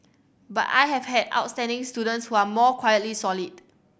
but I have had outstanding students who are more quietly solid